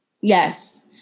Yes